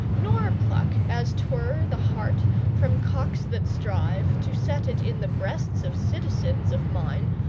nor pluck as twere the heart from cocks that strive, to set it in the breasts of citizens of mine,